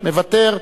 מוותר.